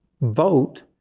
vote